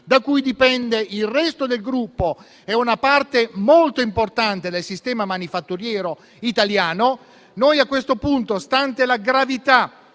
da cui dipende il resto del gruppo e una parte molto importante del sistema manifatturiero italiano. A questo punto, stante la gravità